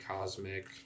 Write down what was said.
cosmic